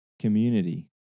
Community